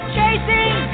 chasing